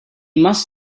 must